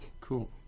Cool